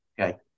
okay